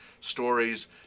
stories